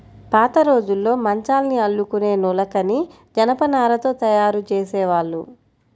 పాతరోజుల్లో మంచాల్ని అల్లుకునే నులకని జనపనారతో తయ్యారు జేసేవాళ్ళు